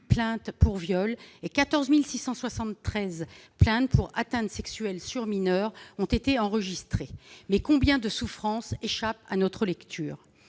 plaintes pour viol et 14 673 plaintes pour atteintes sexuelles sur mineurs ont été enregistrées. Mais combien de souffrances échappent à notre lecture ?